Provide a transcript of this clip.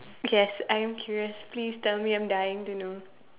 okay yes I am curious please tell me I'm dying to know